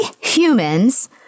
humans